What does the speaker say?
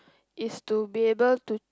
is to be able to